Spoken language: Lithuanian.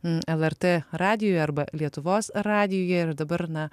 lrt radijuj arba lietuvos radijuje ir dabar na